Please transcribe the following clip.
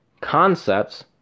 concepts